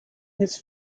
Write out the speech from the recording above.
his